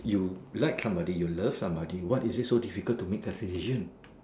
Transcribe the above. you like somebody you love somebody what is it difficult to a decision